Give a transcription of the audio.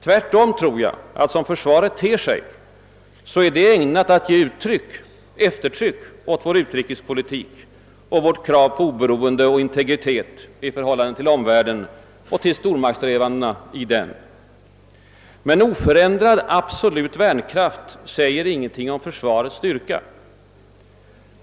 Tvärtom tror jag att som försvaret ter sig är det ägnat att ge eftertryck åt vår utrikespolitik och vårt krav på oberoende och integritet i förhållande till omvärlden och till stormaktssträvandena i den. Oförändrad absolut värnkraft säger .emellertid ingenting om försvarets styrka.